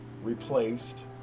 replaced